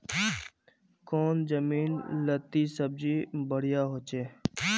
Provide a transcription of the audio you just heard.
कौन जमीन लत्ती सब्जी बढ़िया हों?